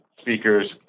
speakers